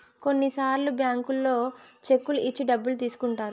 కొన్నిసార్లు బ్యాంకుల్లో చెక్కులు ఇచ్చి డబ్బులు తీసుకుంటారు